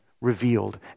revealed